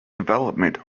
development